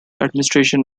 administration